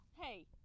Hey